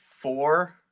Four